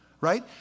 Right